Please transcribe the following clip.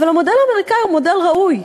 אבל המודל האמריקני הוא מודל ראוי.